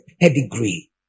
pedigree